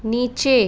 नीचे